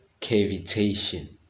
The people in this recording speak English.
cavitation